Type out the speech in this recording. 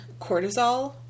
cortisol